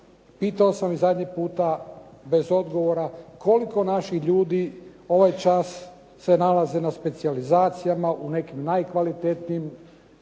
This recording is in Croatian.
pitao sam zadnji puta bez odgovora, koliko naših ljudi ovaj čas se nalaze na specijalizacijama u nekim najkvalitetnijim